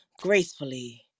gracefully